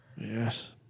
Yes